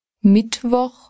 Mittwoch